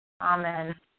Amen